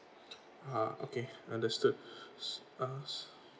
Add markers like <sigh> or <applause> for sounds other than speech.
ah okay understood <breath> so uh